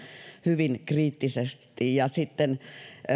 hyvin kriittisesti ja